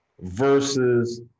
versus